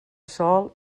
sol